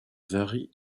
varie